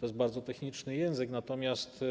To jest bardzo techniczny język, natomiast